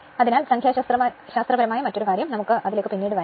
അതിനാൽ സംഖ്യാശാസ്ത്രപരമായ മറ്റൊരു കാര്യം നമുക്ക് പിന്നീട് വരാം